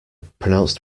pronounced